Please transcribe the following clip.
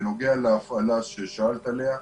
בנוגע להפעלה ששאלת עליה,